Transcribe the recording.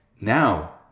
Now